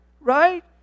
Right